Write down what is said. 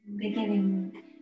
beginning